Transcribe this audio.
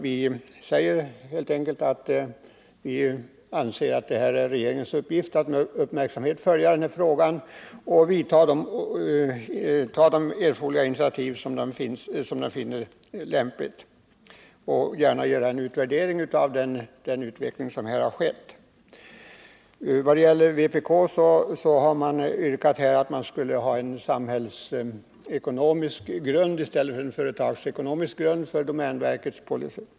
Vi säger helt enkelt att vi anser att det är regeringens uppgift att med uppmärksamhet följa den här frågan, ta de initiativ som den finner lämpliga och gärna göra en utvärdering av den utveckling som här har skett. Vpk har yrkat på en samhällsekonomisk grund för domänverkets policy i stället för en företagsekonomisk.